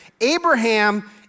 Abraham